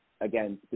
again